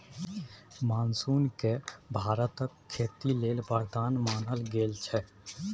monsoon केँ भारतक खेती लेल बरदान मानल गेल छै